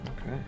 Okay